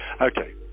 Okay